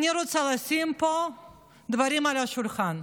אני רוצה לשים פה דברים על השולחן.